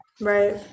Right